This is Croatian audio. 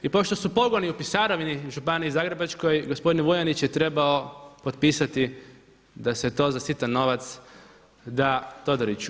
I pošto su pogoni u Pisarovini, Županiji Zagrebačkoj, gospodin Vujanić je trebao potpisati da se to za sitan novac da Todoriću.